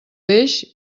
peix